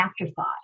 afterthought